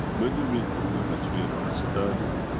when you read book number tree and understand it,